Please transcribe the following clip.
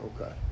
Okay